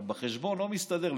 אבל בחשבון לא מסתדר.